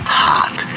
hot